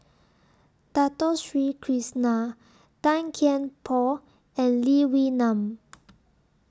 Dato Sri Krishna Tan Kian Por and Lee Wee Nam